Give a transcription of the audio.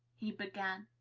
he began.